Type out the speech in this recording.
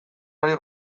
ari